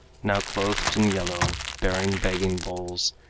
now clothed in yellow, bearing begging-bowls,